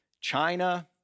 China